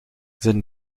zijn